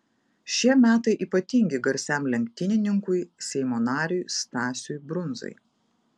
šie metai ypatingi garsiam lenktynininkui seimo nariui stasiui brundzai